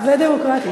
ודמוקרטית.